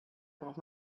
braucht